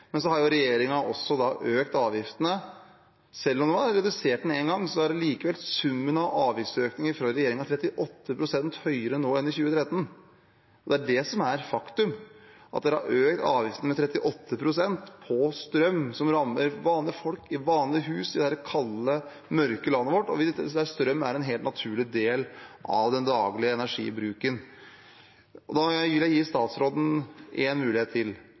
har også økt avgiftene. Selv om de har redusert dem én gang, er likevel summen av regjeringens avgifter 38 pst. høyere nå enn i 2013. Det er det som er faktum – at regjeringen har økt avgiftene på strøm med 38 pst., noe som rammer vanlige folk i vanlige hus i dette kalde, mørke landet vårt, der strøm er en helt naturlig del av den daglige energibruken. Jeg vil gi statsråden en mulighet til: